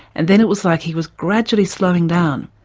and then it was like he was gradually slowing down.